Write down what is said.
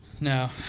No